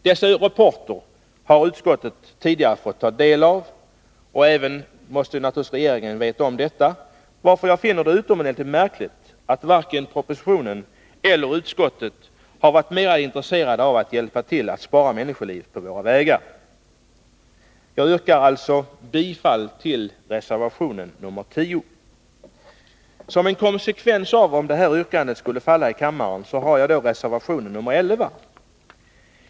Dessa rapporter har utskottet tidigare fått ta del av, och även regeringen måste naturligtvis känna till detta. Jag finner det därför utomordentligt märkligt att man varken i propositionen eller i utskottet har varit mer intresserad av att hjälpa till att spara människoliv på våra vägar. Jag yrkar alltså bifall till reservation nr 10. Om detta yrkande skulle falla i kammaren har vi reservation nr 11.